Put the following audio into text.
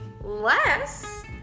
less